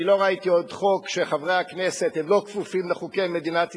אני לא ראיתי עוד חוק שחברי הכנסת לא כפופים לחוקי מדינת ישראל.